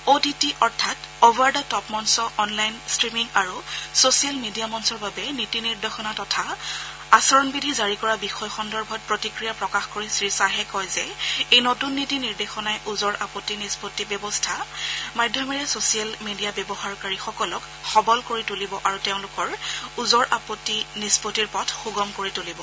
অ' T T অৰ্থাৎ over the top মঞ্চ online streaming আৰু ছোচিয়েল মিডিয়া মঞ্চৰ বাবে নীতি নিৰ্দেশনা তথা আচৰণ বিধি জাৰি কৰা বিষয় সন্দৰ্ভত প্ৰতিক্ৰিয়া প্ৰকাশ কৰি শ্ৰী শ্বাহে কয় যে এই নতুন নীতি নিৰ্দেশনাই ওজৰ আপত্তি নিষ্পত্তি ব্যৱস্থা মাধ্যমেৰে ছোচিয়েল মিডিয়া ব্যৱহাৰকাৰীসকলক সবল কৰি তুলিব আৰু তেওঁলোকৰ ওজৰ আপত্তি নিষ্পত্তিৰ পথ সুগম কৰি তুলিব